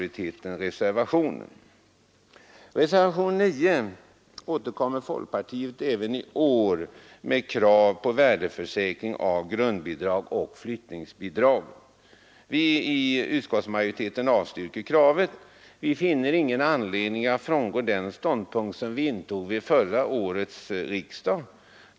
I reservationen 9 återkommer folkpartiet även i år med krav på värdesäkring av grundbidrag och flyttningsbidrag. Utskottsmajoriteten avstyrker kravet. Vi finner inte anledning att frångå den ståndpunkt vi intog vid förra årets riksdag.